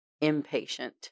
impatient